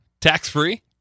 Tax-free